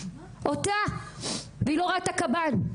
אותה והיא לא ראתה קב"ן,